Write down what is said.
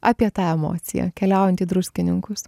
apie tą emociją keliaujant į druskininkus